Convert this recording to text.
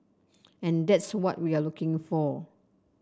and that's what we are looking for